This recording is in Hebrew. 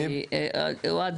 אוהד,